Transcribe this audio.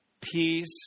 peace